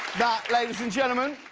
ladies and gentlemen,